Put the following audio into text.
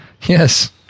Yes